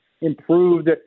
improved